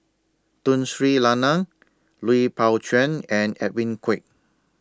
Tun Sri Lanang Lui Pao Chuen and Edwin Koek